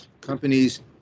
companies